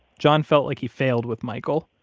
john felt like he failed with michael,